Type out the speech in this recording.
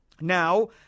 Now